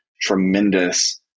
tremendous